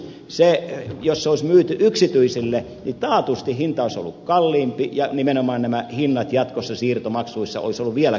jos se olisi myyty yksityisille niin taatusti hinta olisi ollut kalliimpi ja nimenomaan nämä hinnat jatkossa siirtomaksuissa olisivat olleet vielä kalliimmat